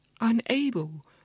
unable